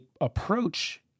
approach